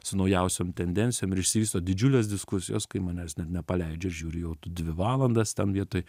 su naujausiom tendencijom ir išsivysto didžiulės diskusijos kai manęs net nepaleidžia ir žiūri jau tu dvi valandas ten vietoj